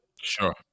Sure